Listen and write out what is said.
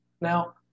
Now